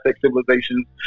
civilizations